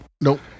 Nope